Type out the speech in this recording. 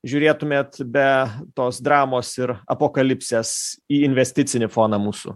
žiūrėtumėt be tos dramos ir apokalipsės į investicinį foną mūsų